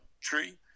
tree